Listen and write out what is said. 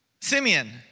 Simeon